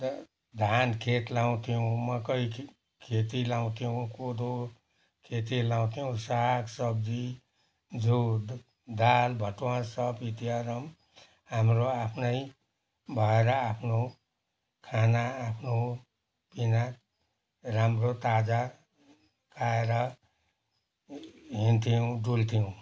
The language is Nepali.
र धान खेत लाउँथ्यौँ मकै खेती लाउँथ्यौँ कोदो खेती लाउँथ्यौँ सागसब्जी जौँ दाल भटमास सब इति रकम् हाम्रो आफ्नै भएर आफ्नो खाना आफ्नो पिना राम्रो ताजा खाएर हिँड्थ्यौँ डुल्थ्यौँ